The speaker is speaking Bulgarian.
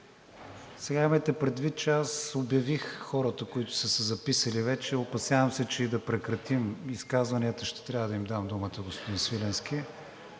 Сега имайте предвид, че аз обявих хората, които са се записали вече. Опасявам се, че и да прекратим изказванията, ще трябва да им дам думата, господин Свиленски.